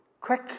Quick